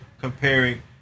comparing